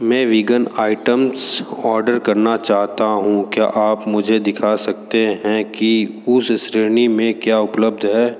मैं vegan items order करना चाहता हूँ क्या आप मुझे दिखा सकते हैं कि उस श्रेणी में क्या उपलब्ध है